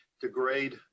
degrade